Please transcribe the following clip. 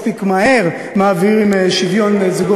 שלא מספיק מהר אנחנו מעבירים שוויון לזוגות חד-מיניים.